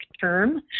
term